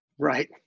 Right